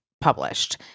published